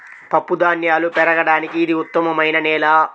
పప్పుధాన్యాలు పెరగడానికి ఇది ఉత్తమమైన నేల